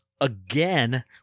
again